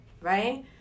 right